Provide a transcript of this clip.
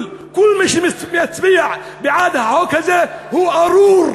העוולה".) כל מי שיצביע בעד החוק הזה הוא ארור,